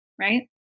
right